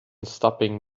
stopping